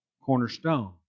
cornerstone